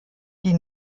die